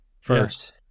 First